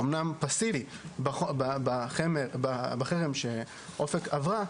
אומנם פאסיבי בחרם שאופק עברה,